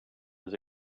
his